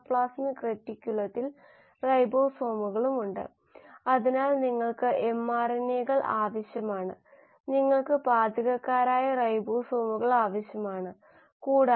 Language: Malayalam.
പ്രകാശസംശ്ലേഷണ ജീവികളെ വളർത്തുന്നതിനായി ഉപയോഗിക്കുന്ന ഫോട്ടോ ബയോറിയാക്ടർ